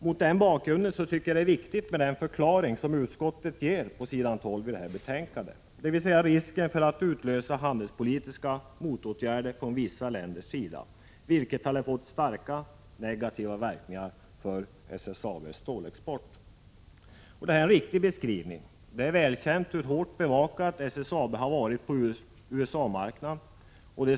Mot den bakgrunden tycker jag att det är viktigt med den förklaring som utskottet ger på s. 12 i detta betänkande, dvs. att det fanns risk för att utlösa handelspolitiska motåtgärder från vissa länders sida, vilket hade fått starkt negativa verkningar för SSAB:s stålexport. Detta är en riktig beskrivning. Det är välkänt hur hårt bevakat SSAB har varit på USA-marknaden.